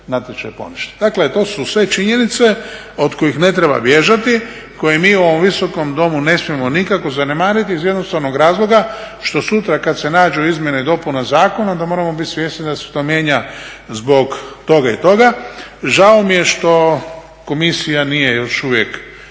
natječaj poništi. Dakle, to su sve činjenice od kojih ne treba bježati, koje mi u ovom Visokom domu ne smijemo nikako zanemariti iz jednostavnog razloga što sutra kad se nađu izmjene i dopune zakona onda moramo bit svjesni da se to mijenja zbog toga i toga. Žao mi je što Komisija nije još uvijek